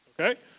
Okay